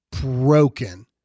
broken